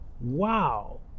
Wow